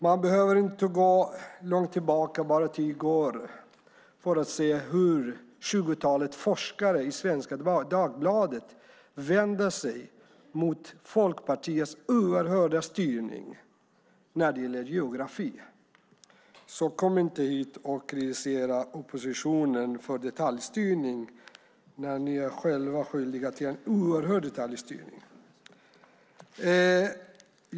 Man behöver inte gå längre tillbaka än till i går för att se hur tjugotalet forskare i Svenska Dagbladet vänder sig mot Folkpartiets oerhörda styrning när det gäller geografi. Kom inte hit och kritisera oppositionen för detaljstyrning när ni själva gör er skyldiga till en oerhörd detaljstyrning!